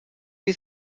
you